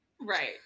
Right